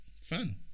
fun